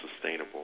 sustainable